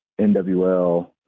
NWL